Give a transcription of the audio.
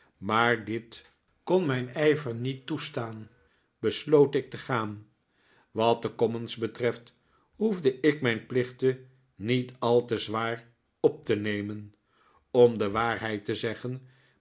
maar dit kon mijn ijver niet toestaan besloot ik te gaan wat de commons betreft hoefde ik mijn plichten niet al te zwaar op te nemen om de waarheid te zeggen